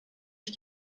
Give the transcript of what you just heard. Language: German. ich